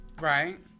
Right